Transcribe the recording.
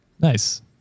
Nice